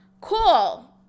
cool